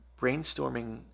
brainstorming